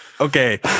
Okay